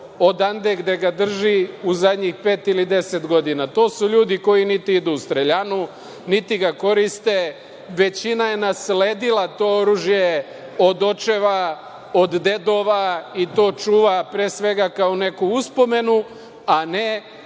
odande gde ga drži u zadnjih pet ili 10 godina. To su ljudi koji niti idu u streljanu, niti ga koriste, većina je nasledila to oružje od očeva, od dedova i to čuva pre svega kao neku uspomenu, a ne